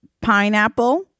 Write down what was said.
pineapple